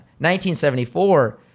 1974